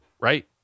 right